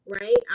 Right